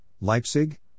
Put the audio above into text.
Leipzig